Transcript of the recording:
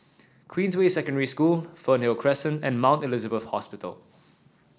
Queensway Secondary School Fernhill Crescent and Mount Elizabeth Hospital